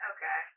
Okay